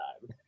time